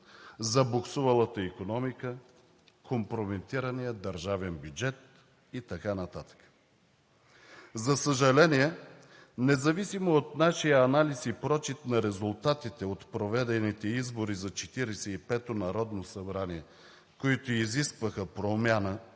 забуксувалата икономика, компрометирания държавен бюджет и така нататък. За съжаление, независимо от нашия анализ и прочит на резултатите от проведените избори за 45-то народно събрание, които изискваха промяна